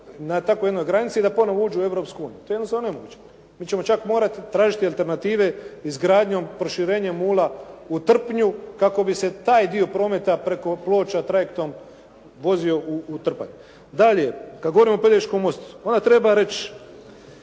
na takvoj jednoj granici i da ponovo uđu u Europsku uniju, to je stvarno nemoguće. Mi ćemo čak morati tražiti alternative izgradnjom proširenje mula u Trpnju kako bi se taj dio prometa preko Ploča trajektom vozio u Trpanj. Dalje, kada govorim o Pelješkom mostu onda treba reći